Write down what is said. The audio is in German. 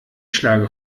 schlage